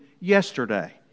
yesterday